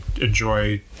enjoy